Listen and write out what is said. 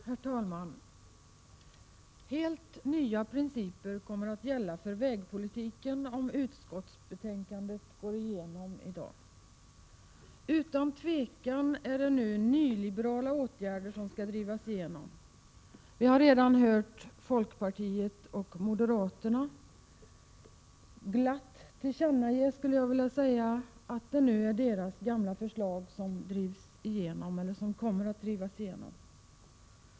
Herr talman! Helt nya principer kommer att gälla för vägpolitiken om utskottsbetänkandet antas av riksdagen. Utan tvivel är det nu nyliberala åtgärder som skall drivas igenom. Vi har redan hört folkpartisterna och moderaterna glatt, skulle jag vilja säga, tillkännage att det nu är deras gamla förslag som kommer att drivas igenom.